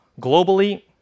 Globally